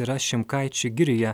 yra šimkaičių girioje